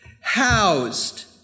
housed